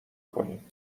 کنیم